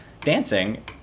dancing